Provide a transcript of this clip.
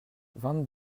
vingt